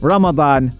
Ramadan